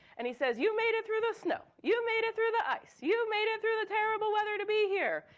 and he says, you made it through the snow, you made it through the ice, you made it through the terrible weather to be here!